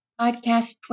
Podcast